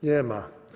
Nie ma.